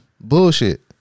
bullshit